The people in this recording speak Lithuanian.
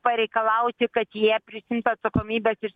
pareikalauti kad jie prisiimtų atsakomybes už